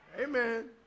Amen